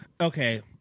Okay